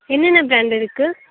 என்ன என்ன பிராண்ட் இருக்குது